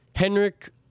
Henrik